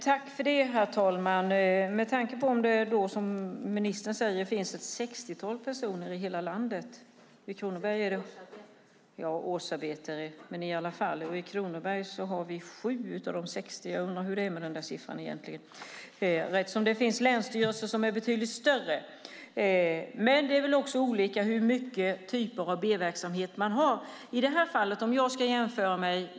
Herr talman! Ministern säger att det är ett sextiotal personer - eller årsarbetskrafter - i hela landet som jobbar med detta. I Kronoberg har vi 7 av de 60. Jag undrar hur det är med den där siffran egentligen. Det finns ju länsstyrelser som är betydligt större, men det är väl också olika hur mycket B-verksamhet man har.